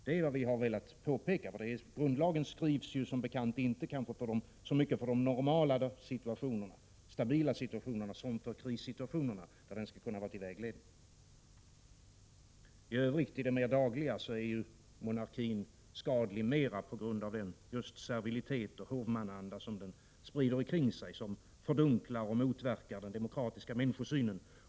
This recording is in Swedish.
Det är vad vi har frågat oss. Grundlagen är ju inte så mycket till för de normala, stabila situationerna som för krissituationerna, då den skall kunna vara till vägledning. För det andra är monarkin, i det mer vardagliga sammanhanget, skadlig mera på grund av servilitet och hovmannaanda, som sprider sig och fördunklar samt motverkar den demokratiska människosynen.